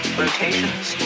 rotations